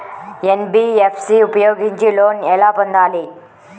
NBFC ఉపయోగించి loan ఎలా పొందాలి?